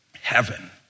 heaven